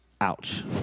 Ouch